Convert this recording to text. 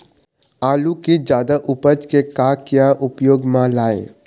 आलू कि जादा उपज के का क्या उपयोग म लाए?